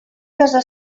casa